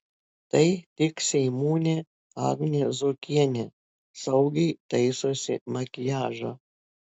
tai tik seimūnė agnė zuokienė saugiai taisosi makiažą